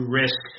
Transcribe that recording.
risk